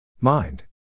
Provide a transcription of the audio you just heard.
Mind